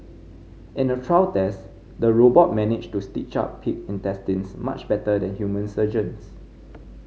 in a trial test the robot managed to stitch up pig intestines much better than human surgeons